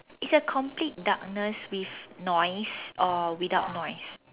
it's a complete darkness with noise or without noise